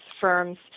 firms